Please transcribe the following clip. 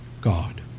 God